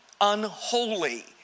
unholy